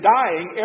dying